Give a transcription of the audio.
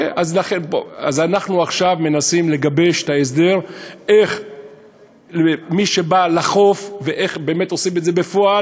אנחנו עכשיו מנסים לגבש את ההסדר: איך מי שבא לחוף לא משלם,